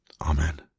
Amen